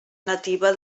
nativa